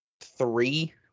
three